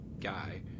guy